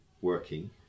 working